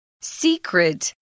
Secret